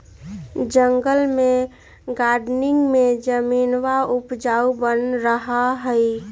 जंगल में गार्डनिंग में जमीनवा उपजाऊ बन रहा हई